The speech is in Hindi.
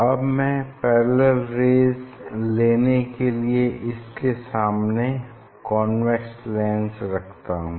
अब मैं पैरेलल रेज़ लेने के लिए इसके सामने कॉन्वेक्स लेंस रखता हूँ